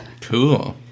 Cool